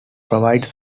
provides